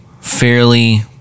fairly